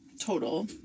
total